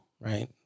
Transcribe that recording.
Right